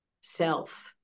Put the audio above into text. self